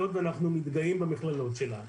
היות ואנחנו מתגאים במכללות שלנו,